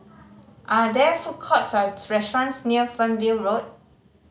are there food courts or restaurants near Fernvale Road